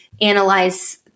analyze